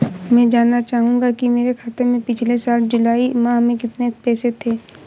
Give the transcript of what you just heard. मैं जानना चाहूंगा कि मेरे खाते में पिछले साल जुलाई माह में कितने पैसे थे?